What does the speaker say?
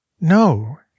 No